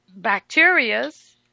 bacterias